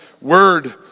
word